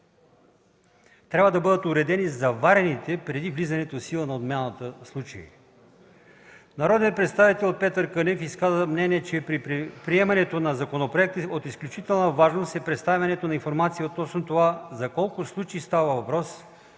трябва да бъдат уредени заварените, преди влизането в сила на отмяната, случаи. Народният представител Петър Кънев изказа мнение, че при приемането на законопроекта от изключителна важност е предоставянето на информация относно това за колко случаи става въпрос,